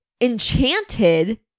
Enchanted